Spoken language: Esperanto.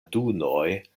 dunoj